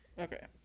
Okay